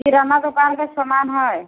किराना दोकानके सामान है